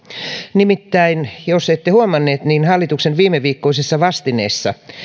nimittäin jos ette huomanneet niin hallituksen viimeviikkoisessa vastineessa